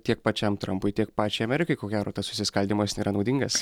tiek pačiam trampui tiek pačiai amerikai ko gero tas susiskaldymas nėra naudingas